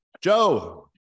Joe